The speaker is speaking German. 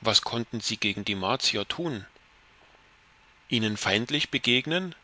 was konnten sie gegen die martier tun ihnen feindlich begegnen